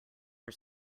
are